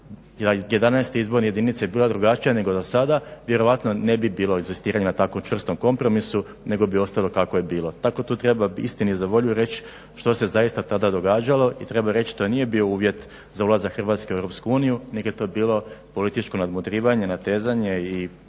dijelu 11 izborna jedinica bila drugačija nego do sada vjerojatno ne bi bilo inzistiranja na takvom čvrstom kompromisu nego bi ostalo kako je bilo. Tako to treba istini za volju reći što se zaista tada događalo i treba reći to nije bio uvjet za ulazak Hrvatske u EU nego je to bilo političko nadmudrivanje, natezanje i